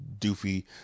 doofy